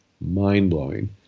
mind-blowing